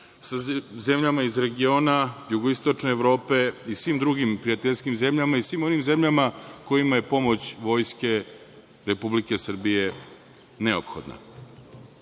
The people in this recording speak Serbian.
sa zemljama iz regiona, jugoistočne Evrope i svim drugim prijateljskim zemljama i svim onim zemljama kojima je pomoć Vojske Republike Srbije neophodna.O